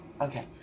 okay